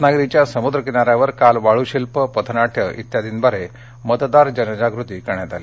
रत्नागिरीच्या समुद्रकिनाऱ्यांवर काल वाळूशिल्प पथनाट्य इत्यादींद्वारे मतदार जनजागृतीकरण्यात आली